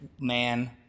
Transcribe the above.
Man